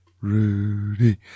rudy